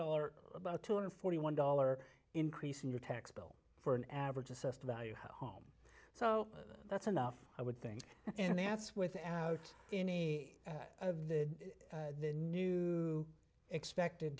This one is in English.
dollars about two hundred forty one dollar increase in your tax bill for an average assessed value home so that's enough i would think and that's without any of the new expected